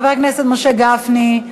חבר הכנסת משה גפני,